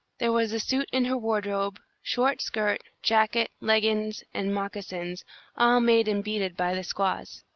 there was a suit in her wardrobe, short skirt, jacket, leggins, and moccasins, all made and beaded by the squaws.